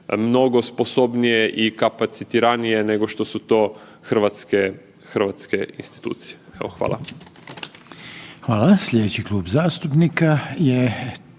mnogo sposobnije i kapacitiranije nego što su to hrvatske institucije. Evo